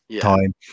time